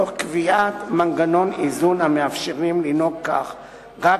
תוך קביעת מנגנוני איזון המאפשרים לנהוג כך רק